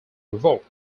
revoked